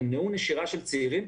ימנעו נשירה של צעירים.